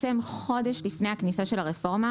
חודש לפני הכניסה של הרפורמה,